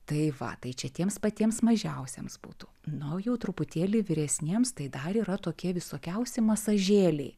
tai va tai čia tiems patiems mažiausiems būtų nu o jau truputėlį vyresniems tai dar yra tokie visokiausi masažėliai